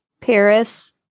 Paris